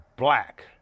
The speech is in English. black